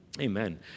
Amen